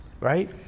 right